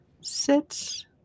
sits